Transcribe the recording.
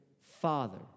Father